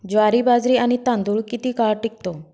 ज्वारी, बाजरी आणि तांदूळ किती काळ टिकतो?